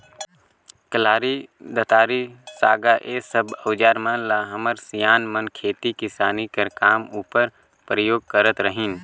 कलारी, दँतारी, साँगा ए सब अउजार मन ल हमर सियान मन खेती किसानी कर काम उपर परियोग करत रहिन